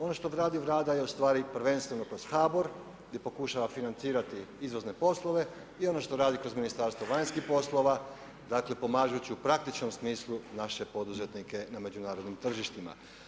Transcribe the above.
Ono što gradi Vlada je prvenstveno kod HBOR gdje pokušava financirati izvozne poslove i ono što radi kroz Ministarstvo vanjskih poslova pomažući u praktičnom smislu naše poduzetnike na međunarodnim tržištima.